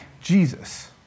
Jesus